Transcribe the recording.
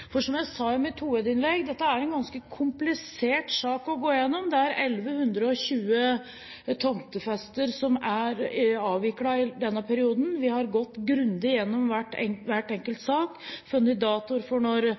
tempoet. Som jeg sa i mitt hovedinnlegg tidligere i dag, er dette en ganske komplisert sak å gå igjennom. Det er 1 150 tomtefester som er avviklet i denne perioden. Vi har gått grundig igjennom hver enkelt sak, funnet datoer for når